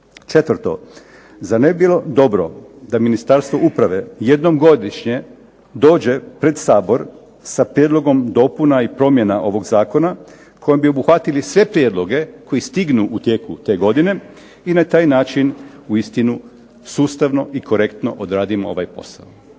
Četvrto, zar ne bi bilo dobro da Ministarstvo uprave jednom godišnje dođe pred Sabor sa prijedlogom dopuna i promjena ovog zakona, kojim bi obuhvatili sve prijedloge koji stignu u tijeku te godine i na taj način uistinu sustavno i korektno odradimo ovaj posao.